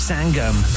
Sangam